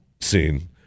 scene